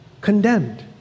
condemned